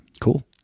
cool